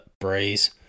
Breeze